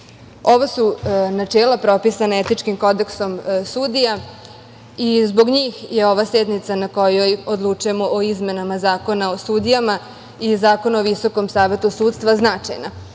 su načela propisana Etičkim kodeksom sudija i zbog njih je ova sednica na kojoj odlučujemo o izmenama Zakona o sudijama i Zakona o Visokom savetu sudstva značajna.